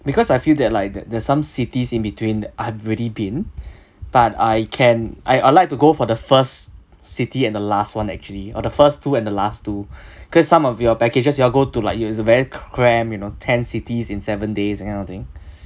because I feel that like there there some cities in between I've already been but I can I I like to go for the first city and the last [one] actually or the first two and the last two cause some of your packages you all go to like it's very cramp you know ten cities in seven days that kind of thing